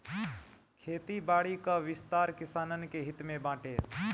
खेती बारी कअ विस्तार किसानन के हित में बाटे